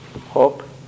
Hope